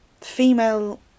female